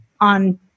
on